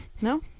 No